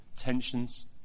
tensions